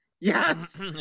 Yes